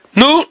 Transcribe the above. no